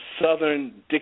Southern